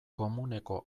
komuneko